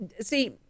see